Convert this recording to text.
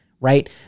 right